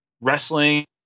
wrestling